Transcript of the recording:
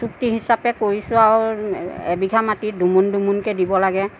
চুক্তি হিচাপে কৰিছোঁ আৰু এবিঘা মাটিত দুমোন দুমোনকৈ দিব লাগে